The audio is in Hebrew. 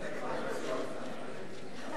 הצעת סיעת קדימה להביע